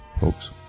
folks